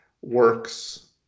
works